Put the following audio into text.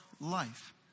life